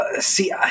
See